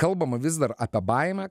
kalbama vis dar apie baimę